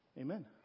Amen